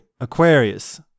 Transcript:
Aquarius